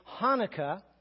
Hanukkah